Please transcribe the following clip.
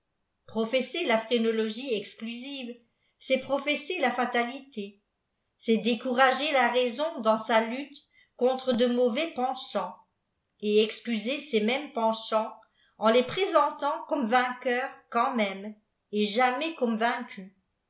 professer la phrénologie exclusive c'est professer la fatalité c est décourager la raison dans sa lutte contre de mauvais penchants et excuser ces mêmes penchants en les présentant comme vaiaqueurs quand même et jamais comme